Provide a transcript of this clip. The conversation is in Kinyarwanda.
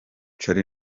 charly